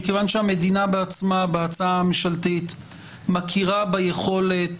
מכיוון שהמדינה בעצמה בהצעה הממשלתית מכירה ביכולת,